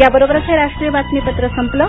याबरोबरच हे राष्ट्रीय बातमीपत्र संपलं